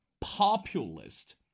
populist